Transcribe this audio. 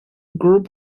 group